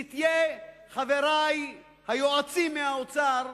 שתהיה, חברי היועצים מהאוצר,